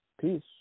Peace